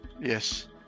Yes